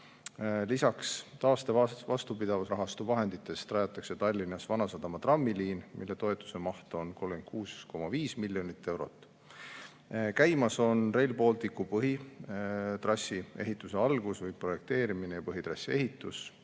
rajatakse taaste‑ ja vastupidavusrahastu vahenditest Tallinnas Vanasadama trammiliin, mille toetus on 36,5 miljonit eurot. Käimas on Rail Balticu põhitrassi ehituse algus või projekteerimine ja põhitrassi ehitus.